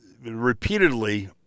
repeatedly